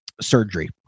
surgery